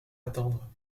attendre